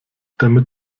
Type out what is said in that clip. damit